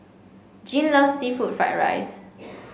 Jean loves seafood Fried Rice